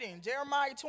Jeremiah